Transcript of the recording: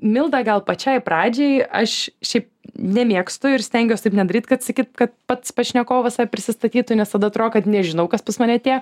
milda gal pačiai pradžiai aš šiaip nemėgstu ir stengiuos taip nedaryt kad sakyt kad pats pašnekovas save prisistatytų nes tada atrodo kad nežinau kas pas mane atėjo